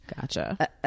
Gotcha